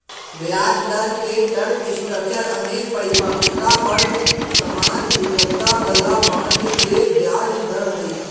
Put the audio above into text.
ब्याजदर के term structure अनेक परिपक्वता पर समान गुणवत्ता बला बॉन्ड के ब्याज दर हइ